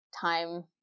time